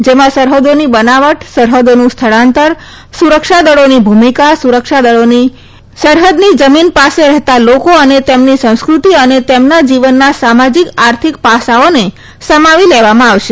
જેમાં સરહદોની બનાવટ સરહદોનું સ્થળાંતર સુરક્ષાદળોની ભૂમિકા સુરક્ષાદળોની ભૂમિકા સરહદની જમીન પાસે રહેતા લોકો તેમની સંસ્કૃતિ અને તેમના જીવનના સામાજિક આર્થિક પાસાઓને સમાવી લેવામાં આવશે